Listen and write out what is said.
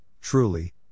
truly